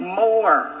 more